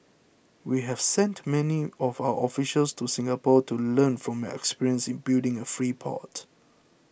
we have sent many of our officials to Singapore to learn from your experience in building a free port